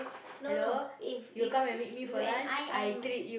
no no if if if when I am my